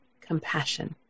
compassion